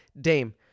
Dame